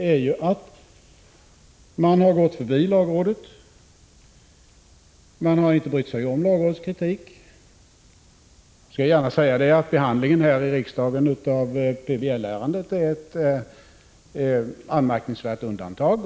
1985/86:146 regeringsansvaret är ju att man har gått förbi lagrådet, man har inte brytt sig 21 maj 1986 om lagrådets kritik. Jag skall gärna säga att behandlingen här i riksdagen av Granskaingav stälsra PBL-ärendet är ett anmärkningsvärt undantag.